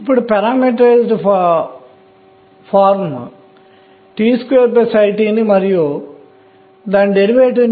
ఇప్పుడు దీన్ని చెరిపివేసి మొత్తం ఎలక్ట్రాన్ల సంఖ్య ఏమిటో చూద్దాం